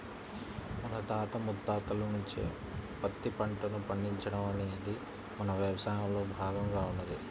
మన తాత ముత్తాతల నుంచే పత్తి పంటను పండించడం అనేది మన యవసాయంలో భాగంగా ఉన్నది